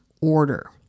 Order